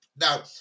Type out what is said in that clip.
now